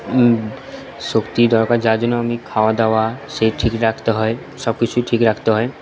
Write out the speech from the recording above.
শক্তি দরকার যার জন্য আমি খাওয়া দাওয়া সেই ঠিক রাখতে হয় সবকিছুই ঠিক রাখতে হয়